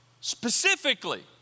Specifically